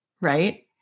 right